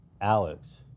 Alex